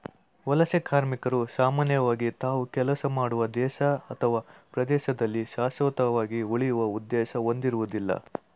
ವಲಸೆ ಕಾರ್ಮಿಕರು ಸಾಮಾನ್ಯವಾಗಿ ತಾವು ಕೆಲಸ ಮಾಡುವ ದೇಶ ಅಥವಾ ಪ್ರದೇಶದಲ್ಲಿ ಶಾಶ್ವತವಾಗಿ ಉಳಿಯುವ ಉದ್ದೇಶ ಹೊಂದಿರುವುದಿಲ್ಲ